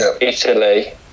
Italy